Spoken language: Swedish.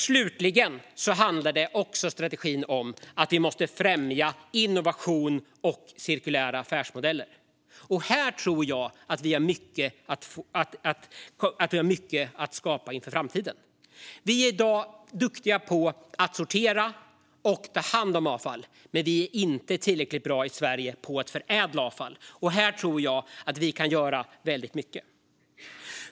Slutligen handlar strategin också om att vi måste främja innovation och cirkulära affärsmodeller. Här tror jag att vi har mycket att skapa inför framtiden. Vi är i dag duktiga på att sortera och ta hand om avfall, men vi i Sverige är inte tillräckligt bra på att förädla avfall. Här tror jag att vi kan göra väldigt mycket.